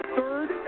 third